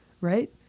right